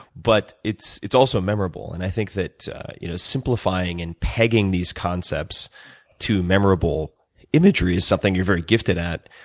but it's it's also memorable. and i think that you know simplifying and pegging these concepts to memorable imagery is something you're very gifted at.